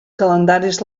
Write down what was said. calendaris